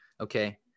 Okay